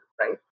right